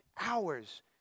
hours